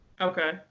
Okay